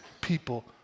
people